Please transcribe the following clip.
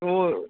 उअ